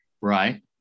Right